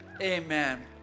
amen